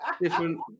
Different